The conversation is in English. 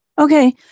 Okay